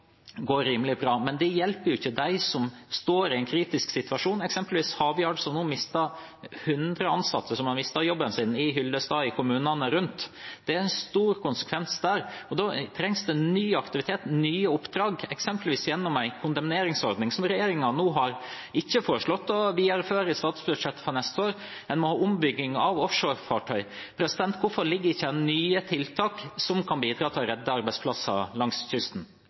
går rimelig bra. Men det hjelper ikke dem som er i en kritisk situasjon, f.eks. Havyard, hvor 100 ansatte fra Hyllestad og kommunene rundt nå har mistet jobben sin. Dette har store konsekvenser der, og da trengs det ny aktivitet og nye oppdrag, f.eks. gjennom en kondemneringsordning, som regjeringen i statsbudsjettet for neste år ikke har foreslått å videreføre. En må ha ombygging av offshore-fartøy. Hvorfor har en ikke nye tiltak som kan bidra til å redde arbeidsplasser langs kysten?